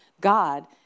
God